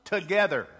together